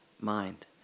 mind